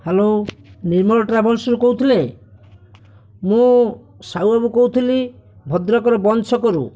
hello Nirmal ଟ୍ରାଭେଲ୍ସରୁ କହୁଥିଲେ ମୁଁ ସାହୁବାବୁ କହୁଥିଲି ଭଦ୍ରକର ବନ୍ତ ଛକରୁ